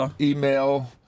email